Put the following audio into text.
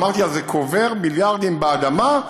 אמרתי: אז זה קובר מיליארדים באדמה.